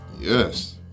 Yes